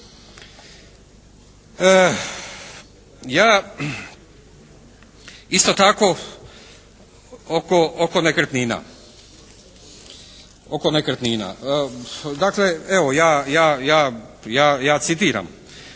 Ja isto tako oko nekretnina. Dakle,